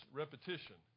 repetition